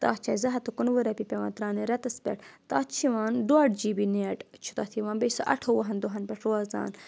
تَتھ چھِ اَسہِ زٕ ہَتھ تہٕ کُنوُہ رۄپیہِ پیٚوان تراونہِ رؠتَس پؠٹھ تَتھ چھِ یِوان ڈۄڈ جی بی نِیَٹ چھِ تَتھ یِوان بیٚیہِ سُہ اَٹھووُہَن دۄہَن پؠٹھ روزان